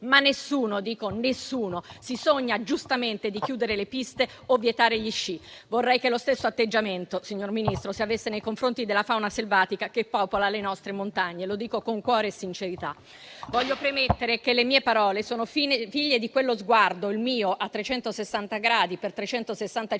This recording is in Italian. ma nessuno, dico nessuno, si sogna giustamente di chiudere le piste o vietare gli sci. Vorrei che lo stesso atteggiamento, signor Ministro, si avesse nei confronti della fauna selvatica che popola le nostre montagne, e lo dico con cuore e sincerità. Voglio premettere che le mie parole sono figlie di quello sguardo, il mio a 360 gradi per